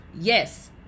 Yes